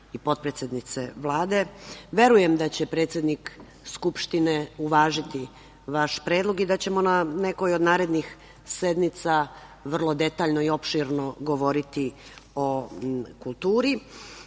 i potpredsednice Vlade, verujem da će predsednik Skupštine uvažiti vaš predlog i da ćemo na nekoj od narednih sednica vrlo detaljno i opširno govoriti o kulturi. Danas